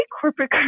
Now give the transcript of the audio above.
corporate